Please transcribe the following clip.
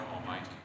Almighty